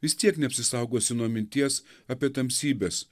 vis tiek neapsisaugosi nuo minties apie tamsybes